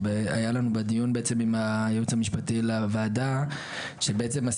שהיה לנו בדיון עם הייעוץ המשפטי לוועדה שהסיום